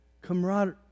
camaraderie